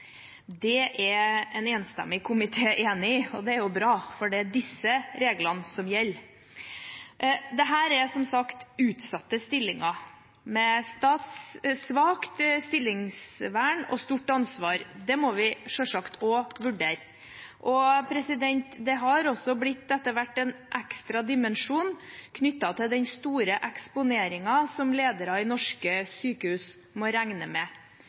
Det er en enstemmig komité enig i, og det er bra, for det er disse reglene som gjelder. Dette er som sagt utsatte stillinger, med svakt stillingsvern og stort ansvar. Det må vi selvsagt også vurdere. Det har også etter hvert blitt en ekstra dimensjon knyttet til den store eksponeringen som ledere i norske sykehus må regne med